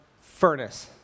furnace